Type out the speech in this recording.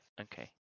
okay